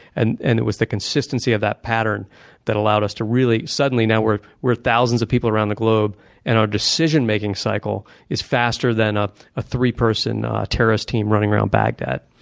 and and it was the consistency of that pattern that allowed us to really suddenly now we're we're thousands of people around the globe and our decision-making cycle is faster than a ah three person terrorist team running around baghdad.